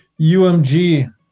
UMG